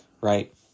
right